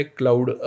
cloud